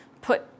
put